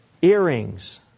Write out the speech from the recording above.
Earrings